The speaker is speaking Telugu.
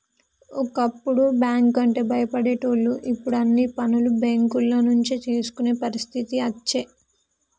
ఒకప్పుడు బ్యాంకు లంటే భయపడేటోళ్లు ఇప్పుడు అన్ని పనులు బేంకుల నుంచే చేసుకునే పరిస్థితి అచ్చే